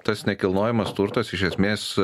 tas nekilnojamas turtas iš esmės